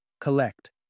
collect